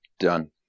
done